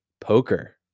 poker